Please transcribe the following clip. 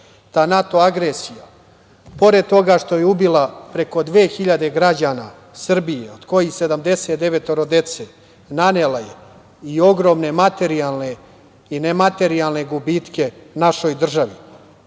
Ta NATO agresija, pored toga što je ubila preko 2.000 građana Srbije, od kojih 79 dece, nanela je i ogromne materijalne i nematerijalne gubitke našoj državi. Sami